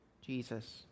Jesus